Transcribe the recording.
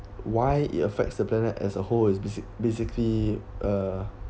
why it affects the planet as a whole is basic~ basically uh